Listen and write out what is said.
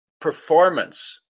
performance